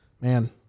Man